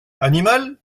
animal